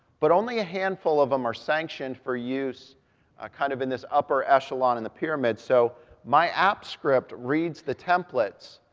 but only a handful of them are sanctioned for use kind of in this upper echelon of and the pyramid. so my app script reads the templates,